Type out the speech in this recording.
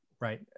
Right